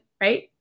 right